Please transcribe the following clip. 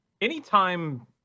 Anytime